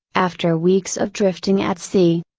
after weeks of drifting at sea.